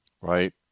right